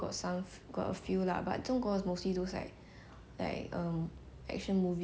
action movie 不是那种古装戏